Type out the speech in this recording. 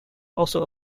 also